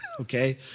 okay